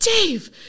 Dave